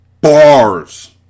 Bars